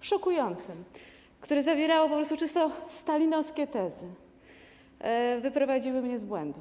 szokującym, które zawierało po prostu czysto stalinowskie tezy, wyprowadziło mnie z błędu.